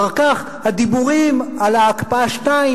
אחר כך הדיבורים על הקפאה 2,